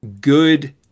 good